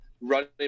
running